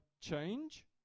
change